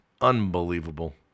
Unbelievable